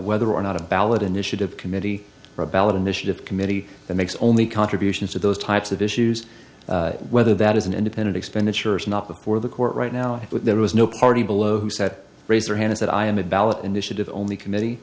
whether or not a ballot initiative committee or a ballot initiative committee that makes only contributions to those types of issues whether that is an independent expenditure is not before the court right now but there was no party below who said raise your hand is that i am a ballot initiative only committee